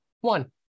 one